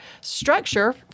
structure